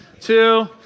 two